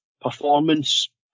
performance